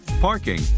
parking